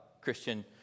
Christian